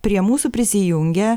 prie mūsų prisijungė